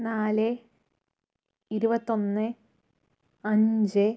നാല് ഇരുപത്തൊന്ന് അഞ്ച്